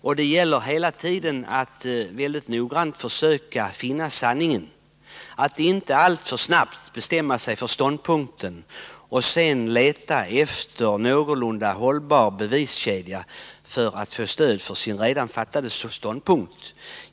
Hela tiden gäller det att mycket noggrant försöka finna sanningen och att inte alltför snabbt bestämma sig för en ståndpunkt och sedan leta efter en någorlunda hållbar beviskedja för att få stöd för sin redan intagna ståndpunkt.